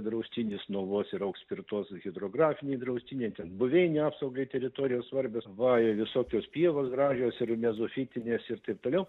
draustinis novos ir aukspirtos hidrografiniai draustiniai ten buveinių apsaugai teritorijos svarbios va ir visokios pievos gražios ir mezofitinės ir taip toliau